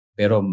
pero